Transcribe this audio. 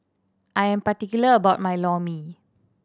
I'm particular about my Lor Mee